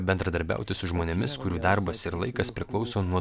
bendradarbiauti su žmonėmis kurių darbas ir laikas priklauso nuo